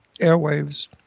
airwaves